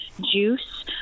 juice